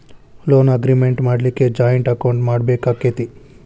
Loan agreement ಮಾಡ್ಲಿಕ್ಕೆ joint account ಮಾಡ್ಬೆಕಾಕ್ಕತೇ?